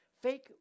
Fake